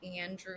Andrew